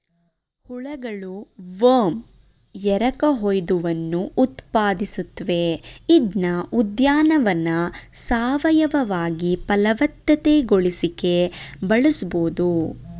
ಹುಳಗಳು ವರ್ಮ್ ಎರಕಹೊಯ್ದವನ್ನು ಉತ್ಪಾದಿಸುತ್ವೆ ಇದ್ನ ಉದ್ಯಾನವನ್ನ ಸಾವಯವವಾಗಿ ಫಲವತ್ತತೆಗೊಳಿಸಿಕೆ ಬಳಸ್ಬೋದು